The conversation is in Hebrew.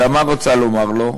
אלא מה רצה לומר לו?